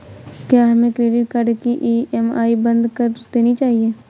क्या हमें credit card की ई.एम.आई बंद कर देनी चाहिए?